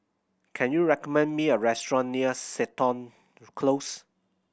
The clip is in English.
can you recommend me a restaurant near Seton Close